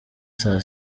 saa